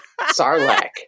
Sarlacc